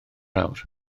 awr